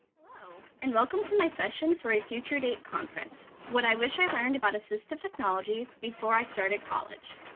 hello, and welcome to my session for a future date conference, what i wish i learned about assistive technology before i started college.